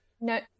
no